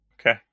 Okay